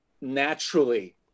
naturally